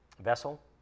vessel